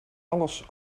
alles